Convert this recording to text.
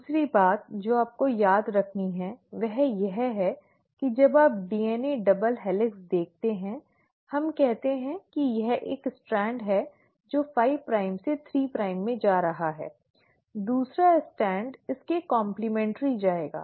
दूसरी बात जो आपको याद रखनी है वह यह है कि जब आप डीएनए डबल हेलिक्स देखते हैं हम कहते हैं कि यह एक स्ट्रैंड है जो 5 प्राइम से 3 प्राइम में जा रहा है दूसरा स्ट्रैंड इसके कॉम्प्लिमे᠎̮न्ट्रि जाएगा